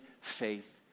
faith